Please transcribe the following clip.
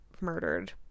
murdered